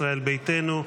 ישראל ביתנו,